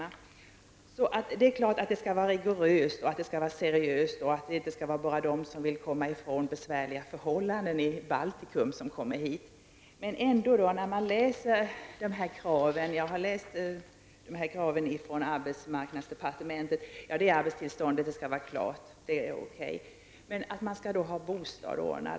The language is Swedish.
Det är klart att verksamheten skall vara rigoröst kontrollerad, att den skall vara seriös och att det inte bara skall vara de som vill komma ifrån besvärliga förhållanden i Baltikum som kommer hit. Av arbetsmarknadsdepartementets krav kan jag hålla med om att arbetstillståndet skall vara klart, men jag tycker att de andra kraven är mycket mycket stränga.